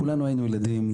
כולנו היינו ילדים.